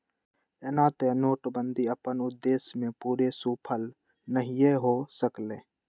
एना तऽ नोटबन्दि अप्पन उद्देश्य में पूरे सूफल नहीए हो सकलै